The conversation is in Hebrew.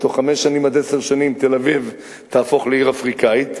בתוך חמש עד עשר שנים תל-אביב תהפוך לעיר אפריקנית,